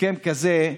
הסכם כזה,